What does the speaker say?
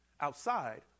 outside